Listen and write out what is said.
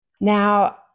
Now